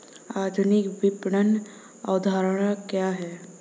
आधुनिक विपणन अवधारणा क्या है?